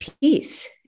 peace